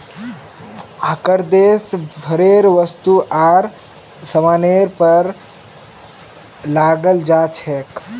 कर देश भरेर वस्तु आर सामानेर पर लगाल जा छेक